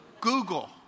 Google